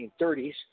1930s